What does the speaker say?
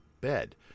bed